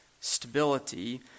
stability